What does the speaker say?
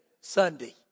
Sunday